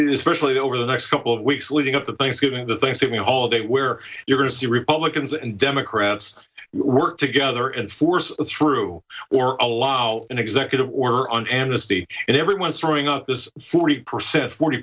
days especially over the next couple of weeks leading up to thanksgiving the thanksgiving holiday where you're going to see republicans and democrats work together and force through or allow an executive order or an amnesty and everyone's throwing up this forty percent forty